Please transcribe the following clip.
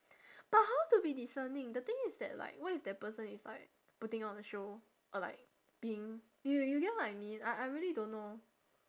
but how to be discerning the thing is that like what if that person is like putting on a show or like being you you get what I mean I I really don't know